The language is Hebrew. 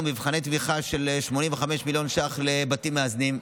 מבחני תמיכה של 85 מיליון שקלים לבתים מאזנים,